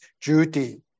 duty